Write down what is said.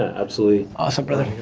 absolutely. awesome brother,